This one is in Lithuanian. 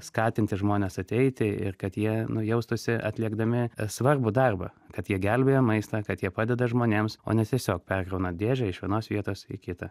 skatinti žmones ateiti ir kad jie nu jaustųsi atliekdami svarbų darbą kad jie gelbėja maistą kad jie padeda žmonėms o ne tiesiog perkrauna dėžę iš vienos vietos į kitą